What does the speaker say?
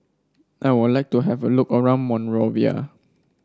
I would like to have a look around Monrovia